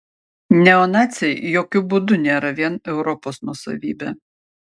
neonaciai jokiu būdu nėra vien europos nuosavybė